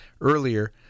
earlier